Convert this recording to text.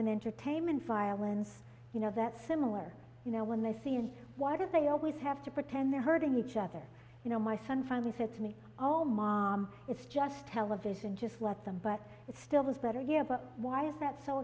and entertainment violence you know that similar you know when they see in water they always have to pretend they're hurting each other you know my son finally said to me all mom it's just television just let them but it still is better yeah but why is that so